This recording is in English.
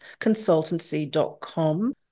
consultancy.com